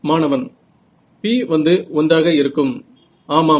மாணவன்p வந்து 1 ஆக இருக்கும் ஆமாம்